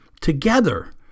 Together